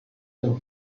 政府